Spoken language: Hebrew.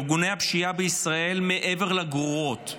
ארגוני הפשיעה מעבר לגרורות,